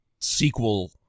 sequel